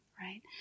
right